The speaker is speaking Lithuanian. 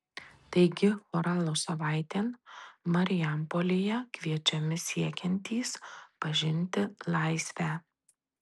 taigi choralo savaitėn marijampolėje kviečiami siekiantys pažinti laisvę